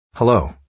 Hello